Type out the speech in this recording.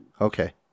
Okay